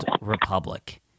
republic